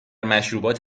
مشروبات